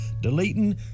deleting